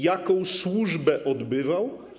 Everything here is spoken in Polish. Jaką służbę odbywał?